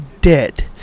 dead